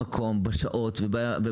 במקום ובשעות.